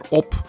op